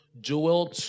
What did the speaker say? Joel